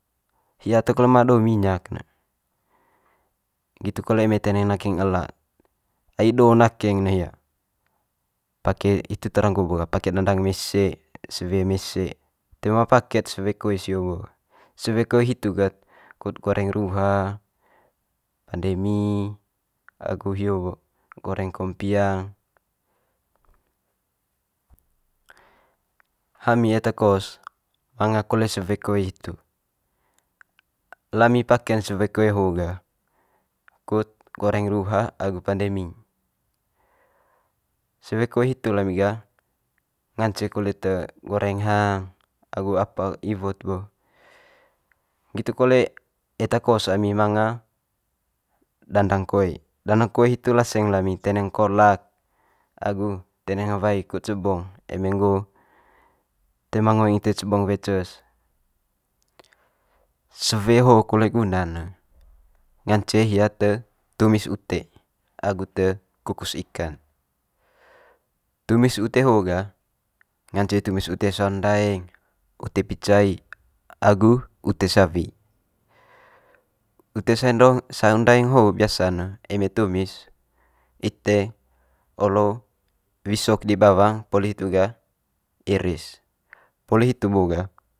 Hia toe kole ma do minyak ne, nggitu kole eme teneng nakeng ela ai do nakeng ne hia pake itu tara nggo'o bo gah pake dandang mese, sewe mese toe ma pake'd sewe koe sio bo ga. Sewe koe hitu ked kut goreng ruha, pande mi agu hio bo goreng kompiang. Hami eta kos manga kole sewe koe hitu, lami pake'n sewe koe ho gah kut goreng ruha agu pande mi. Sewe koe hitu lami gah ngance kole te goreng hang agu apa iwot bo, nggitu kole eta kos ami manga dandang koe, dandang koe hitu lami laseng teneng kolak agu teneng wae kut cebong eme nggo toe ma ngoeng ite cebong wae ces. Sewe ho kole guna'n ne ngance hia te tumis ute agu te kukus ikan. Tumis ute ho gah ngance tumis ute saung ndaeng ute picai agu ute sawi. Ute saung ndaeng ho biasa'n ne eme tumis ite olo wisok di bawang poli gah hitu iris, poli hitu bo gah